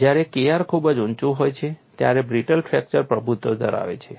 જ્યારે Kr ખૂબ ઊંચું હોય છે ત્યારે બ્રિટલ ફ્રેક્ચર પ્રભુત્વ ધરાવે છે